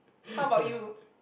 how about you